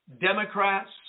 Democrats